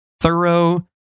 thorough